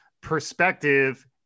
perspective